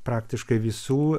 praktiškai visų